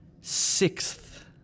Sixth